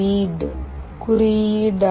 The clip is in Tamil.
ரீட் குறியீடு Sensor